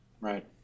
right